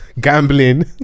gambling